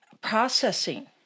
processing